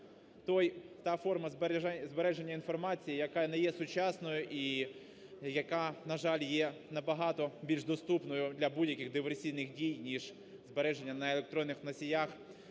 та форма збереження інформації, яка не є сучасною і яка, на жаль, є набагато більш доступною для будь-яких диверсійних дій, ніж збереження на електронних носіях,